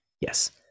Yes